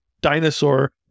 dinosaur